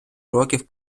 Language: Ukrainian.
років